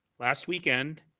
last weekend,